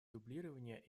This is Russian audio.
дублирования